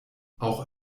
auch